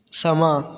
ਸਮਾਂ